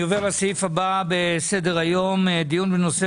אני עובר לסעיף הבא בסדר היום: דיון בנושא